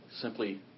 simply